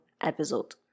episode